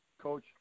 Coach